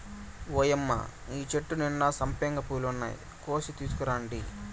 ఓయ్యమ్మ చెట్టు నిండా సంపెంగ పూలున్నాయి, కోసి తీసుకురండి